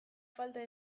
falta